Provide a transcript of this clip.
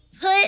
put